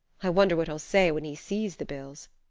i wonder what he'll say when he sees the bills.